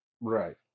Right